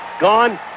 gone